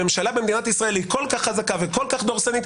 הממשלה במדינת ישראל היא כל כך חזקה וכל כך דורסנית,